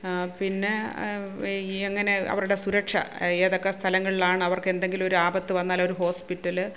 പിന്നെ ഈ എങ്ങനെ അവരുടെ സുരക്ഷ ഏതൊക്കെ സ്ഥലങ്ങളിലാണ് അവർക്ക് എന്തെങ്കിലൊരു ആപത്ത് വന്നാൽ ഒരു ഹോസ്പ്പിറ്റല്